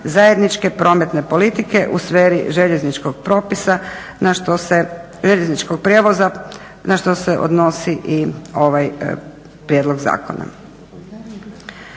željezničkog propisa na što se, željezničkog prijevoza na što se odnosi i ovaj prijedlog zakona.